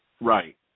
Right